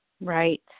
Right